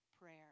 prayer